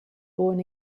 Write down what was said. born